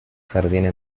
sardina